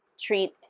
treat